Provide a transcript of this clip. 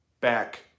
back